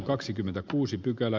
arvoisa puhemies